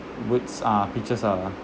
words uh pictures are